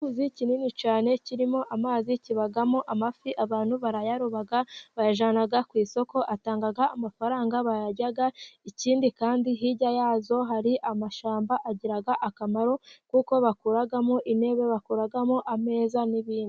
Icyuzi kinini cyane kirimo amazi, kibamo amafi, abantu barayaroba, bayajyana ku isoko, atanga amafaranga, barayarya, ikindi kandi hirya ya cyo hari amashyamba agira akamaro kuko bakuramo intebe, bakoramo ameza n'ibindi.